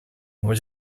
which